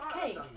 Cake